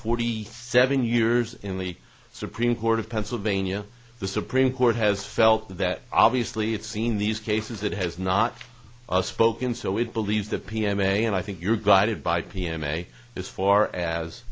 forty seven years in the supreme court of pennsylvania the supreme court has felt that obviously it's seen these cases it has not spoken so it believes the p m a and i think you're guided by p m a as far as